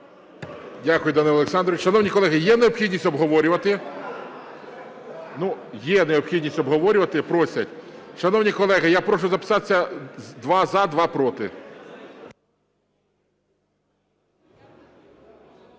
Дякую, Данило Олександрович. Шановні колеги, є необхідність обговорювати? Є необхідність обговорювати, просять. Шановні колеги, я прошу записатись: два – за, два – проти.